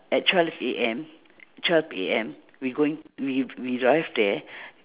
at twelve A_M twelve A_M we going we we arrive there